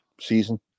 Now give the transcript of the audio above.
season